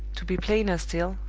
to be plainer still,